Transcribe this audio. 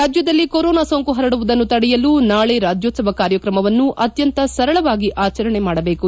ರಾಜ್ಯದಲ್ಲಿ ಕೊರೊನಾ ಸೋಂಕು ಹರಡುವುದನ್ನು ತಡೆಯಲು ನಾಳೆ ರಾಜ್ಯೋತ್ಲವ ಕಾರ್ಯಕ್ರಮವನ್ನು ಅತ್ಯಂತ ಸರಳವಾಗಿ ಆಚರಣೆ ಮಾಡಬೇಕು